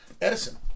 Edison